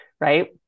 right